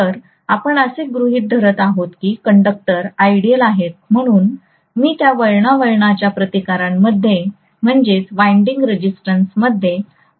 तर आपण असे गृहित धरत आहोत की कंडक्टर आइडियल आहेत म्हणून मी त्या वळणावळणाच्या प्रतिकारांमध्ये व्होल्टेज ड्रॉप घेणार नाही